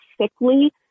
sickly